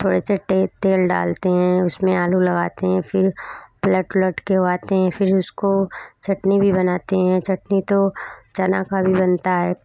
थोड़ा से तेल डालते हैं उसमें आलू लगाते हैं फिर पलट ओलट करवाते हैं फिर उसको चटनी भी बनाते हैं चटनी तो चने की भी बनती है